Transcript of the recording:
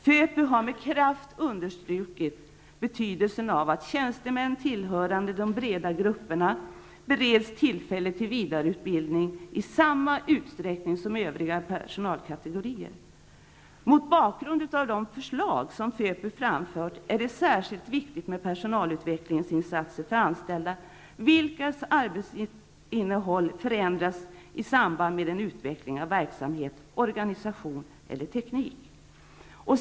FÖPU har med kraft understrukit betydelsen av att tjänstemän tillhörande de breda grupperna bereds tillfälle till vidareutbildning i samma utsträckning som övriga personalkategorier. Mot bakgrund av de förslag som FÖPU framfört är det särskilt viktigt med personalutvecklingsinsatser för anställda, vilkas arbetsinnehåll förändras i samband med utveckling av verksamhet, organisation eller teknik.